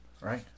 right